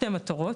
שתי מטרות,